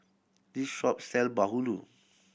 this shop sell bahulu